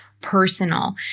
personal